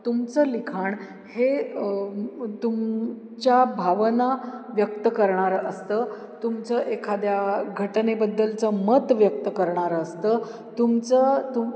तुमचं लिखाण हे तुमच्या भावना व्यक्त करणारं असतं तुमचं एखाद्या घटनेबद्दलचं मत व्यक्त करणारं असतं तुमचं तुम